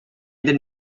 their